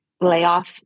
layoff